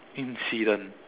incident